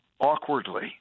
awkwardly